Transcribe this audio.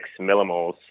millimoles